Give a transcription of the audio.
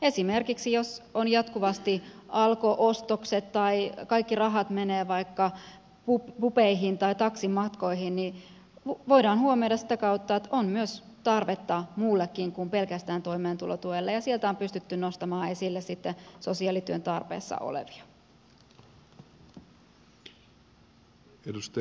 esimerkiksi jos on jatkuvasti alko ostoksia tai kaikki rahat menevät vaikka pubeihin tai taksimatkoihin niin voidaan huomioida sitä kautta että on myös tarvetta muullekin kuin pelkästään toimeentulotuelle ja sieltä on pystytty nostamaan esille sitten sosiaalityön tarpeessa olevia